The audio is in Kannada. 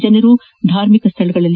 ಜನರು ಧಾರ್ಮಿಕ ಸ್ತಳಗಳಲ್ಲಿ